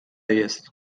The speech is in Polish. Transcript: jest